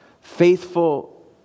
Faithful